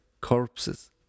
corpses